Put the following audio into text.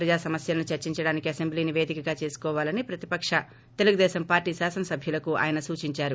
ప్రజా సమస్యలను చర్చించడానికి అసెంబ్లీని పేదికగా చేసుకోవాలని ప్రతిపక్ష తెలుగుదేశం పార్లీ శాసనసభ్యులకు ఆయన సూచిందారు